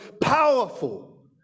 powerful